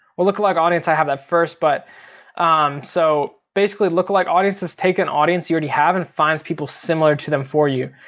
well lookalike audience i have that first, but so basically lookalike audiences take an audience you already have and finds people similar to them for you.